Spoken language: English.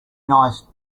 nice